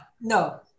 no